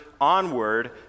onward